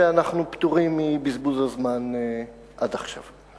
ואנחנו פטורים מבזבוז הזמן עד עכשיו.